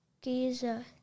Giza